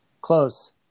close